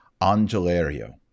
Angelario